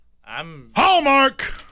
Hallmark